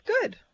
good